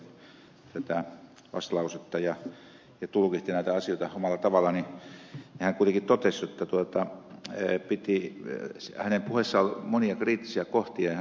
kaltiokumpu tuossa arvosteli sosialidemokraattien vastalausetta ja tulkitsi näitä asioita omalla tavallaan niin kuitenkin hänen puheessaan oli monia kriittisiä kohtia